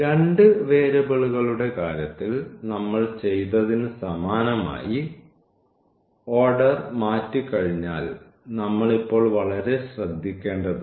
രണ്ട് വേരിയബിളുകളുടെ കാര്യത്തിൽ നമ്മൾ ചെയ്തതിന് സമാനമായി ഓർഡർ മാറ്റിക്കഴിഞ്ഞാൽ നമ്മൾ ഇപ്പോൾ വളരെ ശ്രദ്ധിക്കേണ്ടതുണ്ട്